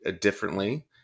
differently